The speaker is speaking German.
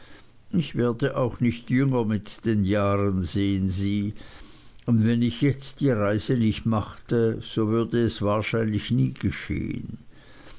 ich werde auch nicht jünger mit den jahren sehen sie und wenn ich jetzt die reise nicht machte so würde es wahrscheinlich nie geschehen